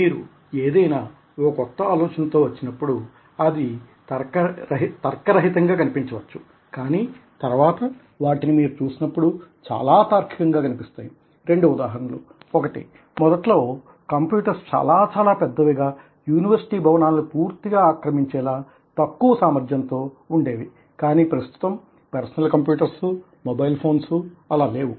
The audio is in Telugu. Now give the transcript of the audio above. మీరు ఏదైనా ఒక కొత్త ఆలోచన తో వచ్చినప్పుడు అవి తర్కరహితంగా కనిపించవచ్చు కానీ తర్వాత వాటిని మీరు చూసినప్పుడు చాలా తార్కికంగా కనిపిస్తాయి రెండు ఉదాహరణలు ఒకటి మొదటిలో కంప్యూటర్స్ చాలా చాలా పెద్ద వి గా యూనివర్సిటీ భవనాలను పూర్తిగా ఆక్రమించేలా తక్కువ సామర్థ్యంతో ఉండేవి కానీ ప్రస్తుతం పెర్సనల్ కంప్యూటర్స్ మొబైల్ ఫోన్స్ అలా లేవు